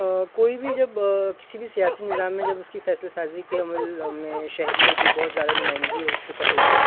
کوئی بھی جب کسی بھی سیاسی نظام میں جب اس کی فیصلہ سازی کے عمل میں شہریوں کی بہت زیادہ نمائندگی اور شرکت ہوتی ہے